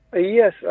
Yes